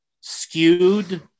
skewed